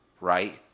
right